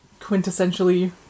quintessentially